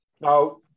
Now